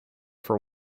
for